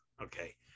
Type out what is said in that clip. okay